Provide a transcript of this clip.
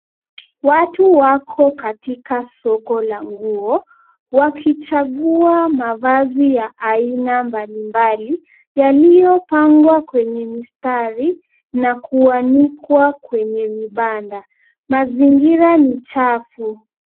Watu wako katika soko la nguo wakichagua mavazi ya aina mbalimbali yaliyopangwa kwenye mistari na kuanikwa kwenye vibanda. Mazingira ni chafu.